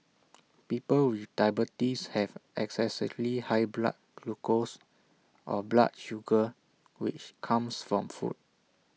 people with diabetes have excessively high blood glucose or blood sugar which comes from food